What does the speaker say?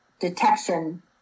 detection